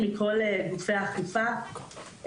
מכל גופי האכיפה,